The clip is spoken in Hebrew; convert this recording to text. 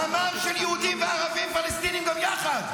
דמם של יהודים וערבים פלסטינים גם יחד.